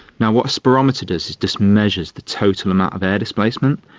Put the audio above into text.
and what a spirometer does is just measures the total amount of air displacement,